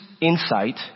insight